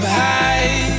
high